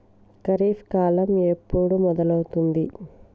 ఖరీఫ్ కాలం ఎప్పుడు మొదలవుతుంది?